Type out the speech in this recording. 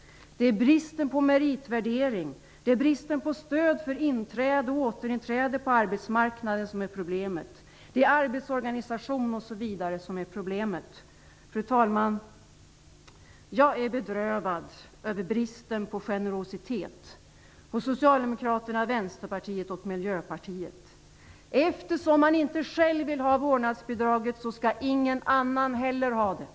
Det är bristen på meritvärdering och bristen på stöd för inträde och återinträde på arbetsmarknaden som är problemet. Det är arbetsorganisation osv. som är problemet. Fru talman! Jag är bedrövad över bristen på generositet hos Socialdemokraterna, Vänsterpartiet och Miljöpartiet. Eftersom man inte själv vill ha vårdnadsbidraget skall inte heller någon annan ha det.